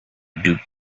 duke